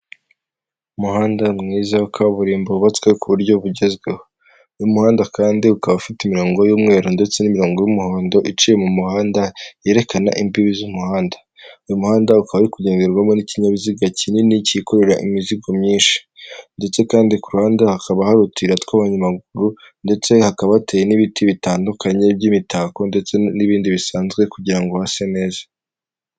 Umuhanda mwiza wa kaburimbo wubatswe ku buryo bugezweho uyu'umuhanda kandi ukaba ufite imirongo y'umweru ndetse n'imirongo y'umuhondo iciye mu muhanda yerekana imbibi z'umuhanda uyu muhanda ukaba uri kugenderwamo n'ikinyabiziga kinini kikuru imizigo myinshi, ndetse kandi ku ruhande hakaba hari utuyira tw'abanyamaguru, ndetse hakaba hateye n'ibiti bitandukanye by'imitako ndetse n'ibindi bisanzwe kugira hase neza.